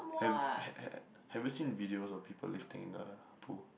have have have you seen videos of people lifting in the pool